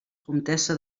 comtessa